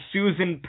Susan